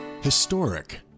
historic